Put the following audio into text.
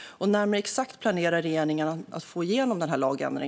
När, mer exakt, planerar regeringen att få igenom denna lagändring?